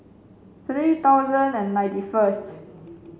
three thousand and ninety first